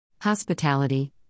Hospitality